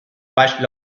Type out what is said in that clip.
beispiel